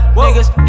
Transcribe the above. niggas